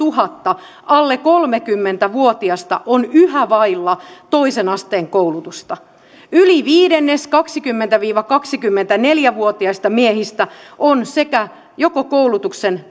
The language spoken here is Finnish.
ajatelkaa lähes sadalletuhannelle alle kolmekymmentä vuotiasta on yhä vailla toisen asteen koulutusta yli viidennes kaksikymmentä viiva kaksikymmentäneljä vuotiaista miehistä on sekä koulutuksen